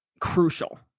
Crucial